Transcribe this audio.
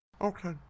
Okay